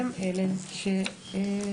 הם אלה שפותחים.